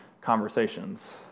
conversations